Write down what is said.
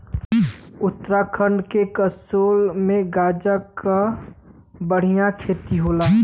उत्तराखंड के कसोल में गांजा क बढ़िया खेती होला